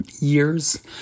years